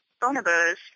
bonobos